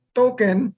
token